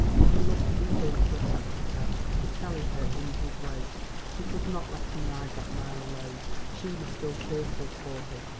she looked eagerly for a taxicab to carry her in his wake. she could not let him ride that mile alone. she was still fearful for him,